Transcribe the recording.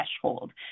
threshold